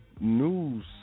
news